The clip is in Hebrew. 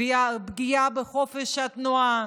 פגיעה בחופש התנועה.